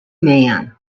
man